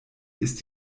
ist